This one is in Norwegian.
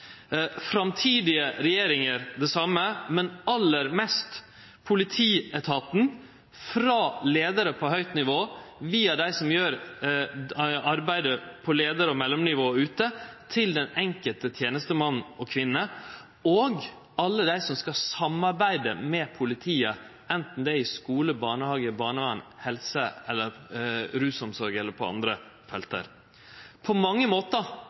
framtidige regjeringar, men aller mest til politietaten – frå leiarar på høgt nivå via dei som gjer arbeid på leiar- og mellomnivå ute til den enkelte tenestmannen og tenestekvinna. Og lukke til til alle dei som skal samarbeide med politiet, anten det gjeld skulen, barnehagen, barnevernet, helsefeltet, rusomsorga eller andre felt. På mange måtar